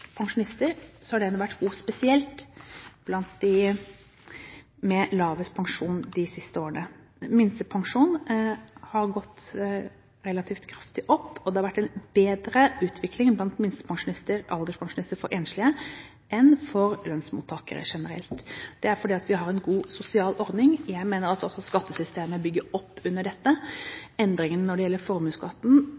pensjonister, har den vært noe spesiell blant dem med lavest pensjon de siste årene. Minstepensjonen har gått relativt kraftig opp, og det har vært en bedre utvikling blant minstepensjonister og alderspensjon for enslige enn for lønnsmottakere generelt. Det er fordi vi har en god sosial ordning. Jeg mener at også skattesystemet bygger opp under dette.